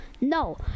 no